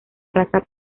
raza